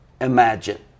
imagine